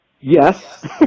Yes